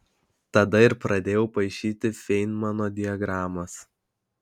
tada ir pradėjau paišyti feinmano diagramas